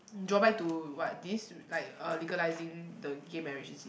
drawback to what this like uh legalising the gay marriage is it